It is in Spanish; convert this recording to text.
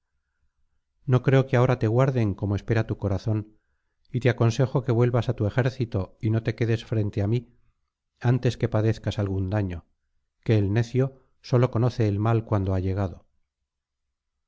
no creo que ahora te guarden como espera tu corazón y te aconsejo que vuelvas á tu ejército y no te quedes frente á mí antes que padezcas algún daño que el necio sólo conoce el mal cuando ha llegado